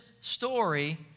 story